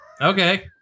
Okay